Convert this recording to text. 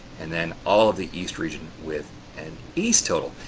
and then all of the east region with an east total.